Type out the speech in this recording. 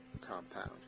compound